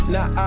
Now